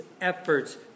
efforts